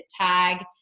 Tag